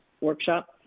workshop